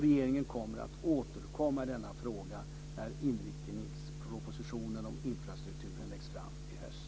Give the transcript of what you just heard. Regeringen kommer att återkomma i denna fråga när inriktningspropositionen om infrastrukturen läggs fram i höst.